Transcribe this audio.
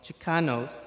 Chicanos